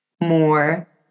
More